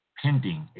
pending